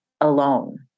alone